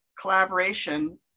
collaboration